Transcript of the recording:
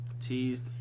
Teased